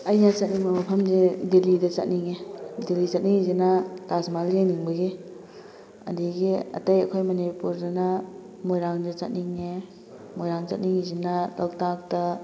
ꯑꯩꯅ ꯆꯠꯅꯤꯡꯕ ꯃꯐꯝꯁꯦ ꯗꯦꯜꯂꯤꯗ ꯆꯠꯅꯤꯡꯉꯦ ꯗꯦꯜꯂꯤ ꯆꯠꯅꯤꯡꯉꯤꯁꯤꯅ ꯇꯥꯖ ꯃꯍꯜ ꯌꯦꯡꯅꯤꯡꯕꯒꯤ ꯑꯗꯒꯤ ꯑꯇꯩ ꯑꯩꯈꯣꯏ ꯃꯅꯤꯄꯨꯔꯗꯅ ꯃꯣꯏꯔꯥꯡꯗ ꯆꯠꯅꯤꯡꯉꯦ ꯃꯣꯏꯔꯥꯡ ꯆꯠꯅꯤꯡꯉꯤꯁꯤꯅ ꯂꯣꯜꯇꯥꯛꯇ